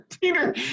Peter